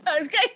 Okay